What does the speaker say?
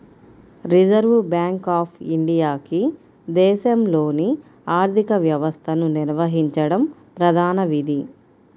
reserve Bank of ఇండియాకి దేశంలోని ఆర్థిక వ్యవస్థను నిర్వహించడం ప్రధాన విధి